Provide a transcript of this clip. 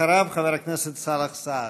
אחריו, חבר הכנסת סאלח סעד.